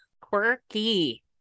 quirky